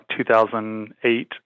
2008